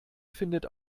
findet